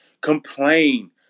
Complain